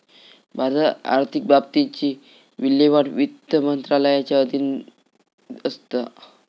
भारतात आर्थिक बाबतींची विल्हेवाट वित्त मंत्रालयाच्या अधीन असता